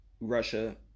Russia